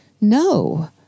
no